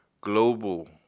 global